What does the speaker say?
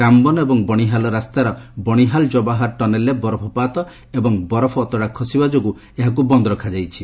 ରାମବନ ଏବଂ ବଣିହାଲ ରାସ୍ତାର ବଣିହାଲ ଜବାହାର ଟନେଲରେ ବରଫପାତ ଏବଂ ବରଫ ଅତଡା ଖସିବା ଯୋଗୁଁ ଏହାକୁ ବନ୍ଦ ରଖାଯାଇଛି